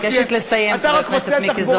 אני מבקשת לסיים, חבר הכנסת מיקי זוהר.